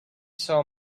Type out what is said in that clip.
saw